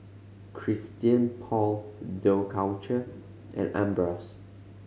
Christian Paul Dough Culture and Ambros